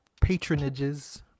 patronages